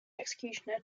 executioner